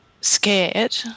scared